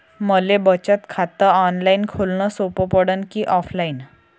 मले बचत खात ऑनलाईन खोलन सोपं पडन की ऑफलाईन?